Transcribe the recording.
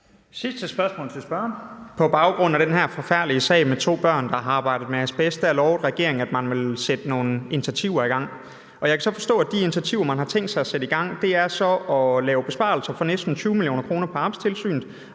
Zimmermann (DF): På baggrund af den her forfærdelige sag med to børn, der har arbejdet med asbest, lovede regeringen, at man ville sætte nogle initiativer i gang. Jeg kan så forstå, at de initiativer, man har tænkt sig at sætte i gang, er at lave besparelser for næsten 20 mio. kr. på Arbejdstilsynet,